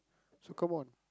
so come on